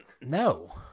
No